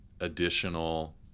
additional